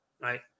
right